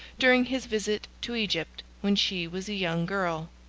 during his visit to egypt, when she was a young girl.